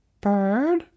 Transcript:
bird